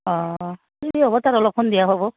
অঁ কি হ'ব তাত অলপ সন্ধিয়া হ'ব